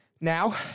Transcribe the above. Now